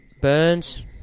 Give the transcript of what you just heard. Burns